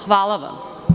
Hvala vam.